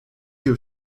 you